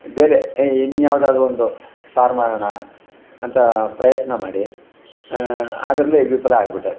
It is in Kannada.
ಬೇರೆ ಇನ್ಯಾವುದಾದ್ರು ಒಂದು ಸಾರು ಮಾಡೋಣ ಅಂತ ಪ್ರಯತ್ನ ಮಾಡಿ ಅದರಲ್ಲಿ ವಿಫಲ ಆಗಿಬಿಟ್ಟೆ